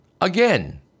Again